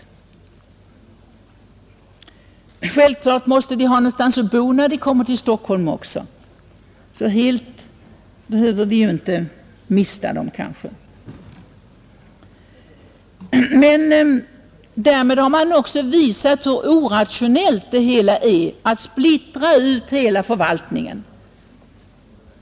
Självklart måste de också ha någonstans att bo när de kommer till Stockholm, så helt behöver vi kanske inte mista dem. Därmed har man också visat hur orationellt det hela är när man splittrar ut hela förvaltningen.